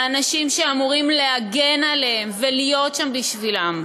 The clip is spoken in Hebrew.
מאנשים שאמורים להגן עליהם ולהיות שם בשבילם,